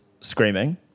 screaming